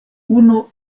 unu